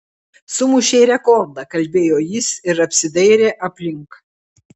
sumušei rekordą kalbėjo jis ir apsidairė aplink